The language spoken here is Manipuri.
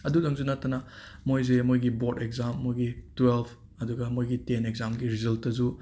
ꯑꯗꯨꯗꯪꯁꯨ ꯅꯠꯇꯅ ꯃꯣꯏꯁꯦ ꯃꯣꯏꯒꯤ ꯕꯣꯔꯠ ꯑꯦꯛꯖꯥꯝ ꯃꯣꯏꯒꯤ ꯇꯨꯋꯦꯜꯐ ꯑꯗꯨꯒ ꯃꯣꯏꯒꯤ ꯇꯦꯟ ꯑꯦꯛꯖꯥꯝ ꯔꯤꯖꯜꯇꯁꯨ